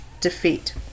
defeat